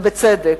ובצדק.